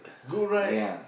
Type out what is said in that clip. good right